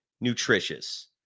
nutritious